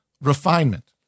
refinement